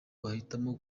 bahitamo